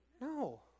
No